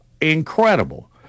Incredible